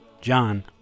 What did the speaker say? John